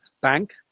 bank